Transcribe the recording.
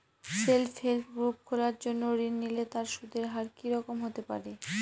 Self help group খোলার জন্য ঋণ নিলে তার সুদের হার কি রকম হতে পারে?